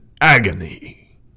agony